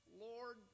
Lord